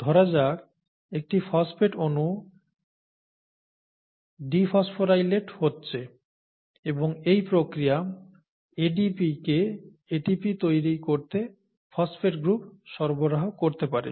ধরা যাক একটি ফসফেট অনু ডিফসফোরাইলেট হচ্ছে এবং এই প্রক্রিয়া ADP কে ATP তৈরি করতে ফসফেট গ্রুপ সরবরাহ করতে পারে